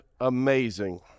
amazing